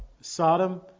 Sodom